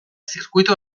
zirkuitu